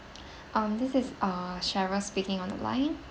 um this is uh sheron speaking on the line